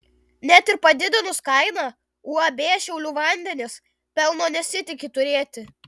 net ir padidinus kainą uab šiaulių vandenys pelno nesitiki turėti